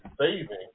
saving